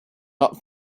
not